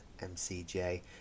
MCJ